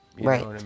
right